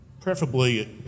preferably